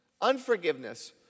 unforgiveness